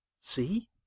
See